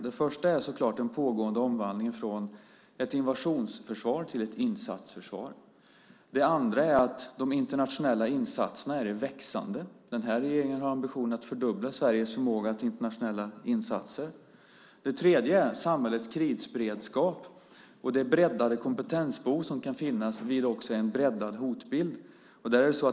Det första är den pågående omvandlingen från ett invasionsförsvar till ett insatsförsvar. Det andra är att de internationella insatserna är i växande. Den här regeringen har ambitionen att fördubbla Sveriges förmåga till internationella insatser. Det tredje är samhällets krisberedskap och det breddade kompetensbehov som kan finnas vid en breddad hotbild.